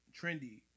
trendy